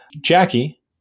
Jackie